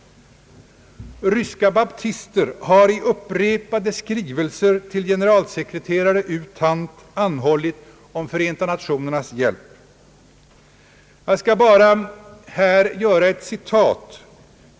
Ryska baptister har i upprepade skrivelser till generalsekreterare U Thant anhållit om FN:s hjälp.